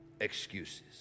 excuses